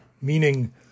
meaning